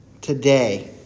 today